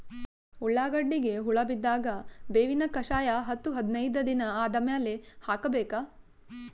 ಉಳ್ಳಾಗಡ್ಡಿಗೆ ಹುಳ ಬಿದ್ದಾಗ ಬೇವಿನ ಕಷಾಯ ಹತ್ತು ಹದಿನೈದ ದಿನ ಆದಮೇಲೆ ಹಾಕಬೇಕ?